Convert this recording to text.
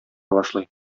башлый